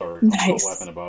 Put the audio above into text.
Nice